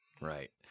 right